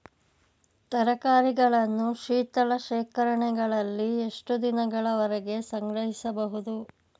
ತರಕಾರಿಗಳನ್ನು ಶೀತಲ ಶೇಖರಣೆಗಳಲ್ಲಿ ಎಷ್ಟು ದಿನಗಳವರೆಗೆ ಸಂಗ್ರಹಿಸಬಹುದು?